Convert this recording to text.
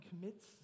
commits